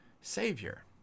savior